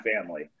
family